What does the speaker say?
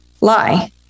Lie